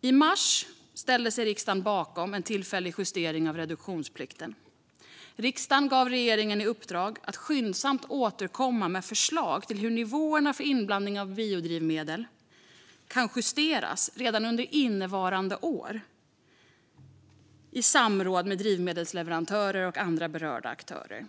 I mars ställde sig riksdagen bakom en tillfällig justering av reduktionsplikten. Riksdagen gav regeringen i uppdrag att skyndsamt återkomma med förslag till hur nivåerna för inblandning av biodrivmedel kan justeras redan under innevarande år, i samråd med drivmedelsleverantörer och andra berörda aktörer.